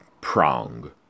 prong